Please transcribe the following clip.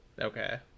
Okay